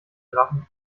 drachen